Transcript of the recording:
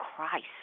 Christ